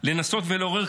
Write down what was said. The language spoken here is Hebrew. לנסות ולעורר,